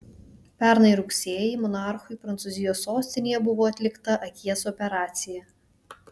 pernai rugsėjį monarchui prancūzijos sostinėje buvo atlikta akies operacija